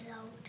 old